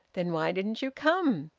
then why didn't you come?